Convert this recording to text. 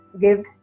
give